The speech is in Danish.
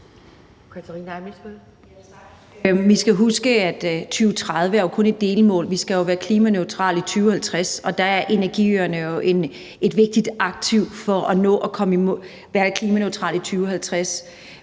Vi skal huske, at 2030 kun er et delmål, for vi skal jo være klimaneutrale i 2050, og energiøerne er et vigtigt aktiv for at nå at være klimaneutral i 2050.